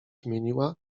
zmieniła